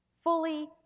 fully